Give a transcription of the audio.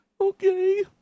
Okay